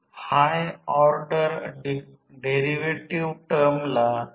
यावरून काही भागातून A आणि C दरम्यान B आणि C दरम्यान सांगा